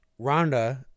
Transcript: Rhonda